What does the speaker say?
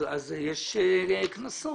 יש קנסות,